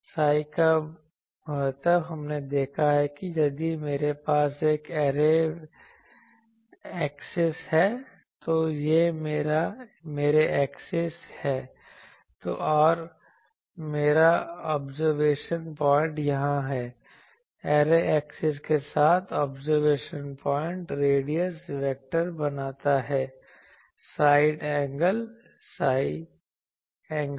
psi का महत्व हमने देखा है कि यदि मेरे पास एक ऐरे एक्सिस है तो यह मेरा ऐरे एक्सिस है और मेरा ऑब्जरवेशन पॉइंट यहां है ऐरे एक्सिस के साथ ऑब्जरवेशन पॉइंट रेडियस वेक्टर बनाता है solid angle psi angle psi